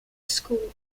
school